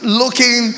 looking